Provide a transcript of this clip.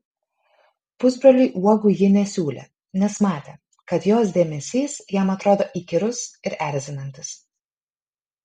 pusbroliui uogų ji nesiūlė nes matė kad jos dėmesys jam atrodo įkyrus ir erzinantis